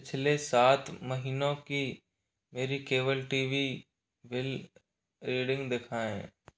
पिछले सात महीनों की मेरी cable T V bill reading दिखाएँ